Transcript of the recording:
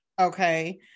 Okay